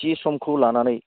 थि समखौ लानानै